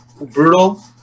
brutal